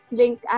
link